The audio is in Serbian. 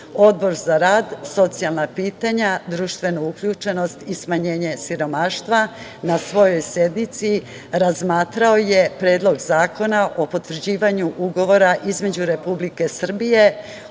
Odbor za rad i socijalna pitanja, društvenu uključenost i smanjenje siromaštva na svojoj sednici razmatrao je Predlog zakona o potvrđivanju Ugovora između Republike Srbije,